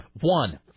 One